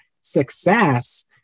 success